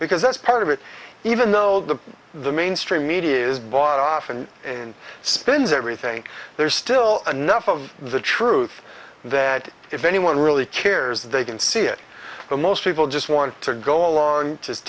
because that's part of it even though the the mainstream media is bought often and spends everything there's still enough of the truth that if anyone really cares they can see it but most people just want to go